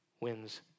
wins